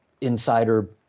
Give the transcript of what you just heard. insider